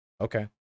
Okay